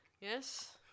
yes